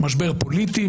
משבר פוליטי.